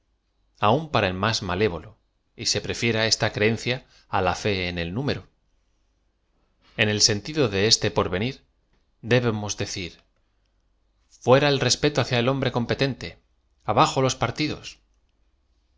aun para el más m alévo lo se prefiera esta creencia á la fe en el número en el sentido de este p orven ir debemos decir fue ra e l respeto hacia el hombre competente abajo los